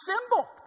symbol